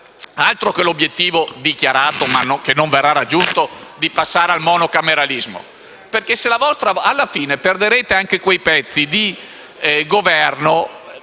Altro che l'obiettivo dichiarato, che non verrà raggiunto, di passare al monocameralismo! Alla fine perderete anche quei pezzi di Governo,